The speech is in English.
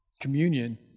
Communion